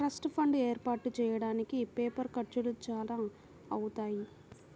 trust fund ఏర్పాటు చెయ్యడానికి paper ఖర్చులు చానా అవుతాయి